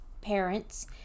parents